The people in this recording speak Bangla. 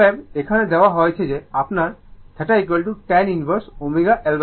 অতএব এখানে দেওয়া হয়েছে যে আপনার θ tan ইনভার্স ω L R